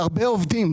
פרנסה להרבה עובדים,